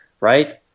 Right